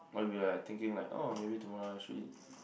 while we were like thinking like oh maybe tomorrow I should eat